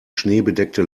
schneebedeckte